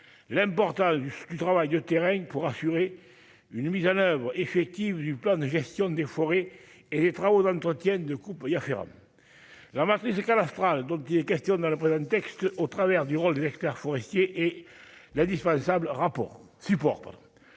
l'importance du travail de terrain pour assurer une mise en oeuvre effective du plan de gestion des forêts et les travaux d'entretien de coût pour Yasser Abd ambiance musicale Astral, donc il est question dans la presse un texte au travers du rôle de l'expert forestier et l'indispensable dans